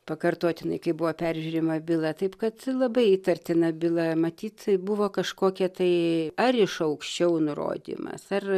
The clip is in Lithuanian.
pakartotinai kai buvo peržiūrima byla taip kad labai įtartina byla matyt buvo kažkokia tai ar iš aukščiau nurodymas ar